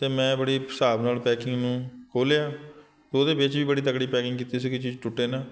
ਅਤੇ ਮੈਂ ਬੜੀ ਹਿਸਾਬ ਨਾਲ ਪੈਕਿੰਗ ਨੂੰ ਖੋਲ੍ਹਿਆ ਉਹਦੇ ਵਿੱਚ ਵੀ ਬੜੀ ਤਕੜੀ ਪੈਕਿੰਗ ਕੀਤੀ ਸੀਗੀ ਚੀਜ਼ ਟੁੱਟੇ ਨਾ